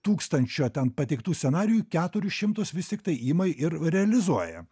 tūkstančio ten pateiktų scenarijų keturis šimtus vis tiktai ima ir realizuoja